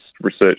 research